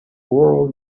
world